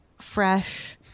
fresh